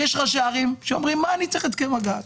יש ראשי ערים שאומרים: מה אני צריך את הסכם הגג?